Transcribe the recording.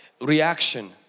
reaction